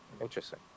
Interesting